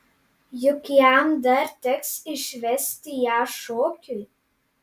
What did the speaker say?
juk jam dar teks išvesti ją šokiui